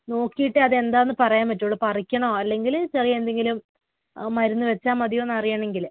നോക്കിയിട്ടേ അതെന്താണെന്ന് പറയാന് പറ്റുകയുള്ളൂ പറിക്കണോ അല്ലെങ്കില് ചെറിയ എന്തെങ്കിലും മരുന്ന് വെച്ചാല് മതിയോ എന്നറിയണമെങ്കില്